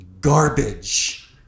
garbage